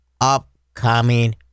upcoming